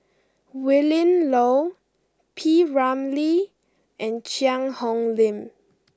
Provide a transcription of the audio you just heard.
Willin Low P Ramlee and Cheang Hong Lim